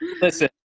Listen